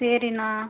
சரிண்ணா